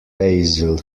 basil